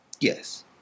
Yes